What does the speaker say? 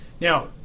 Now